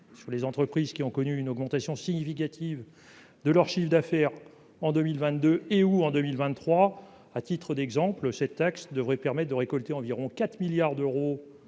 sur les entreprises qui ont connu une augmentation significative de leur chiffre d'affaires en 2022, et ou en 2023, à titre d'exemple, cette taxe devrait permettent de récolter environ 4 milliards d'euros